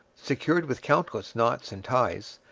secured with countless knots and ties,